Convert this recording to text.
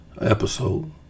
episode